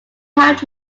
have